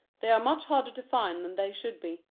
they are much harder to find than they should be.